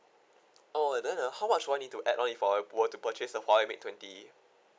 orh then uh how much do I need to add on if I were to purchase the Huawei mate twenty